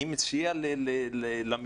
אני מציע למשרד,